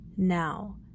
Now